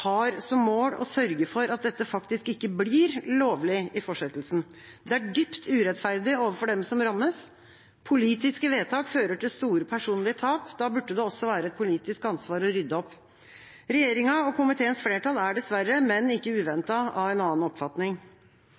har som mål å sørge for at dette faktisk ikke blir lovlig i fortsettelsen. Det er dypt urettferdig overfor dem som rammes. Politiske vedtak fører til store personlige tap. Da burde det også være et politisk ansvar å rydde opp. Regjeringa og komiteens flertall er dessverre, men ikke uventet, av en annen oppfatning.